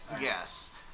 Yes